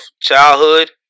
childhood